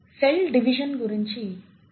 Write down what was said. cell division గురించి తరువాత మాట్లాడుదాము